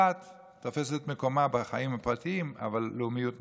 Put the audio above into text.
הדת תופסת מקומה בחיים הפרטיים אבל לאומיות מספקת.